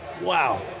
Wow